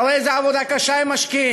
אתה רואה איזו עבודה קשה הם משקיעים.